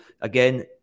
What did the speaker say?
again